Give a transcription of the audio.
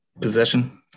possession